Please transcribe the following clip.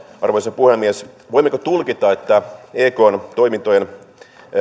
arvoisa puhemies voimmeko tulkita että ekn toimintojen